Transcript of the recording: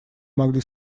могли